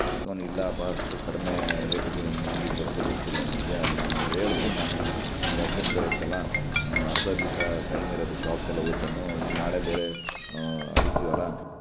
ಅದ್ಕೆ ಅವ್ನು ಇಲ್ಲಪ್ಪಾ ಅಷ್ಟು ಕಡಿಮೆ ರೇಟಿಗೆ ಇನ್ನು ಹೆಂಗಿದ್ದು ಬರುತ್ತೋ ಗೊತ್ತಿಲ್ಲ ನನಗೆ ಅದು ನಾನು ಅವ್ರು ಹೇಳದ್ರು ನಾನೂ ನಿನ್ಗೆ ಅರ್ಜೆಂಟ್ ಬೇರೆ ಇತ್ತಲ್ಲ ಅರ್ಧ ದಿವ್ಸ ಟೈಮ್ ಇರೋದು ಶಾಪ್ಸ್ ಎಲ್ಲ ಓಪನೂ ಇನ್ನು ನಾಳೆ ಬೇರೆ ಆದಿತ್ಯವಾರ